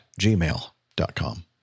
gmail.com